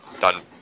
done